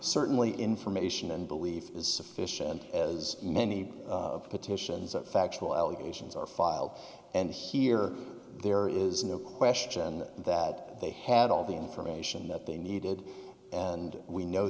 certainly information and belief is sufficient as many petitions that factual allegations are filed and here there is no question that they had all the information that they needed and we know